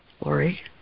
Lori